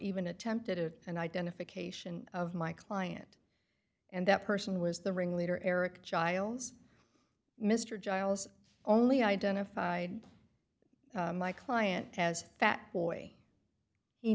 even attempted it and identification of my client and that person was the ringleader eric giles mr giles only identified my client has that boy he